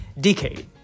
decade